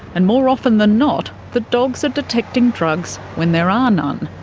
and more often than not the dogs are detecting drugs when there are none.